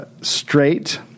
straight